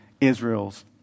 israel's